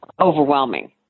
overwhelming